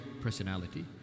personality